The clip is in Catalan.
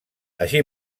així